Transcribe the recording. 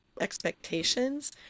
expectations